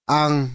ang